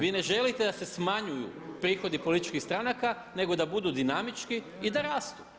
Vi ne želite da se smanjuju prihodi političkih stranka nego da budu dinamički i da rastu.